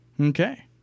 Okay